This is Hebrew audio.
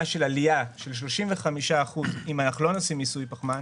של עלייה של 35% אם לא נעשה מיסוי פחמן,